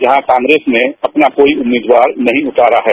यहां कांग्रेस ने अपना कोई उम्मीदवार नहीं उतारा है